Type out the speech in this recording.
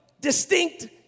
distinct